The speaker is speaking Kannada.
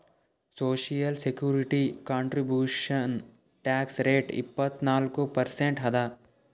social security contribution tax rate ಇಪ್ಪತ್ನಾಲ್ಕು ಪರ್ಸೆಂಟ್ ಅದ